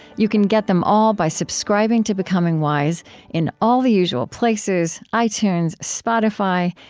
you can get them all by subscribing to becoming wise in all the usual places itunes, spotify,